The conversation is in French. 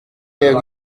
les